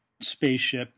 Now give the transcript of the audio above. spaceship